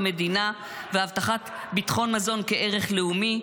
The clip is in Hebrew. המדינה והבטחת ביטחון מזון כערך לאומי.